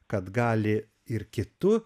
kad gali ir kitu